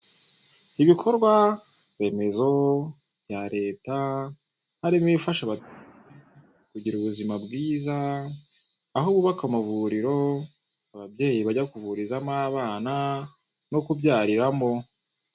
Ibikorwaremezo bya leta harimo ibifasha abaturage kugira ubuzima bwiza aho bubaka amavuriro ababyeyi bajya kuvurizamo abana no kubyariramo.